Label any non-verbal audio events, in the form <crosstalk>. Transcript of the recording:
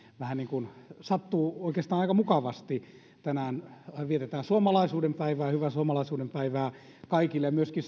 sattuu oikeastaan aika mukavasti tänään vietetään suomalaisuuden päivää hyvää suomalaisuuden päivää kaikille ja myöskin <unintelligible>